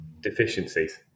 deficiencies